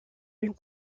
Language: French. une